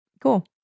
Cool